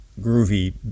groovy